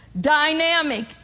Dynamic